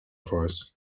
price